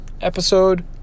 Episode